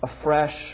afresh